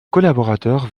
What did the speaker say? collaborateurs